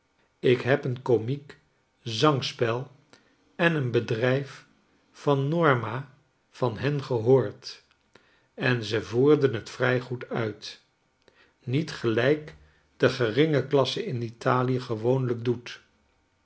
zingen ikheb eenkomiek zangspel en een bedrijf van norma van hen gehoord en ze voerden het vrij goed uit niet gelijk de geringe klasse in italie gewoonlijk doet